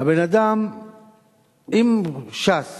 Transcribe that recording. אם ש"ס